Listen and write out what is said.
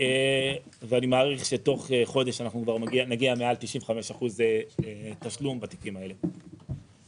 ואני מעריך שתוך חודש אנחנו כבר נגיע למעל 95% תשלום בתיקים האלה.